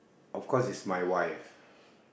of course it's my wife